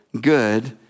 good